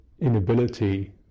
inability